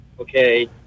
okay